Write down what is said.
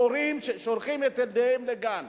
הורים ששולחים את ילדיהם לגן.